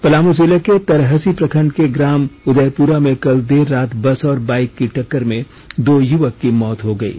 पलामू जिले के तरहसी प्रखंड के ग्राम उदयपुरा में कल देर रात बस और बाइक की टक्कर में दो युवक की मौत हो गयी